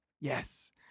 yes